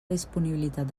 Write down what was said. disponibilitat